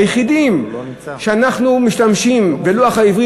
היחידים שמשתמשים בלוח העברי,